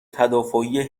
تدافعی